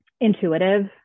intuitive